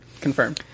Confirm